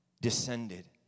descended